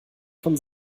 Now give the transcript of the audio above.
von